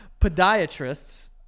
Podiatrists